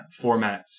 formats